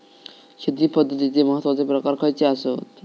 शेती पद्धतीचे महत्वाचे प्रकार खयचे आसत?